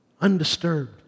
undisturbed